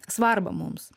svarbą mums